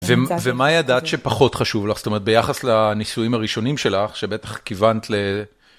ומה ידעת שפחות חשוב לך? זאת אומרת, ביחס לניסויים הראשונים שלך, שבטח כיוונת ל...